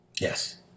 Yes